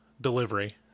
delivery